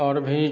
और भी